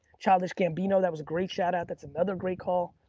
childish gambino, that was a great shout out, that's another great call.